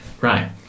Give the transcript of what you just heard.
Right